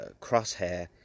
crosshair